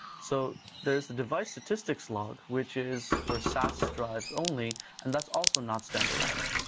so there's the device statistics log which is for sas drives only and that's also not standardized.